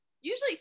Usually